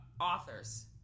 authors